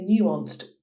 nuanced